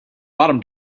bottom